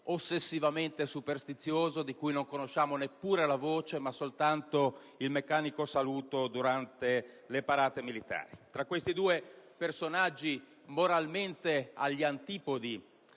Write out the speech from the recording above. ossessivamente superstizioso, di cui non conosciamo neppure la voce, ma soltanto il meccanico saluto durante le parate militari. Tra questi due personaggi moralmente agli antipodi